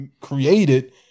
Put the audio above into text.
created